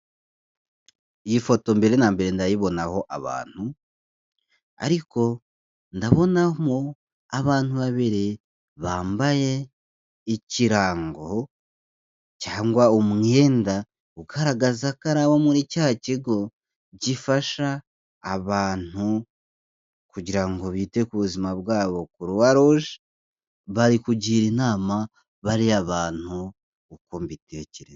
Iyi foto mbere na mbere ndayibonaho abantu, ariko ndabonamo abantu babiri bambaye ikirango cyangwa umwenda ugaragaza ko ari abo muri cya kigo gifasha abantu, kugira ngo bite ku buzima bwabo kuruwaruje, bari kugira inama bariya bantu uko mbitekereza.